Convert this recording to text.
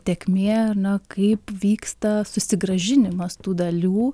tėkmė ar ne kaip vyksta susigrąžinimas tų dalių